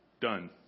Done